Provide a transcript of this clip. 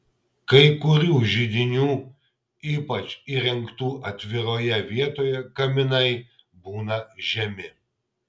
kai kurių židinių ypač įrengtų atviroje vietoje kaminai būna žemi